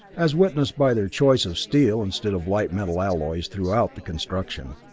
as witnessed by their choice of steel instead of light metal alloys throughout the construction.